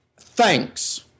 thanks